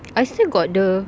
I still got the